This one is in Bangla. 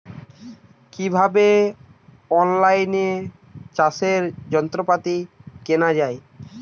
কিভাবে অন লাইনে চাষের যন্ত্রপাতি কেনা য়ায়?